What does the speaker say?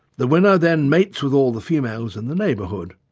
the winner then mates with all the females in the neighbourhood.